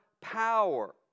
power